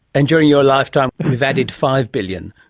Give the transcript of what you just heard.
and during your lifetime we have added five billion.